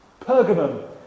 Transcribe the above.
Pergamum